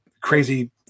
crazy